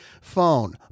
phone